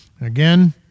Again